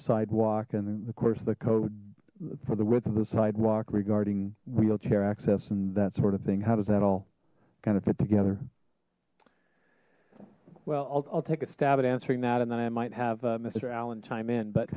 sidewalk and of course the code for the width of the sidewalk regarding wheelchair access and that sort of thing how does that all kind of fit together well i'll take a stab at answering that and then i might have mister allen chime in but